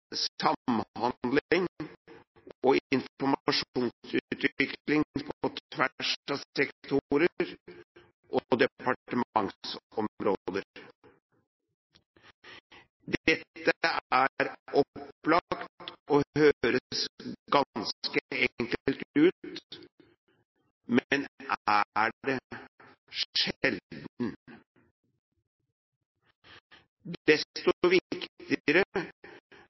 og informasjonsutvikling på tvers av sektorer og departementsområder. Dette er opplagt og høres ganske enkelt ut, men er det sjelden. Desto viktigere blir det